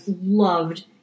loved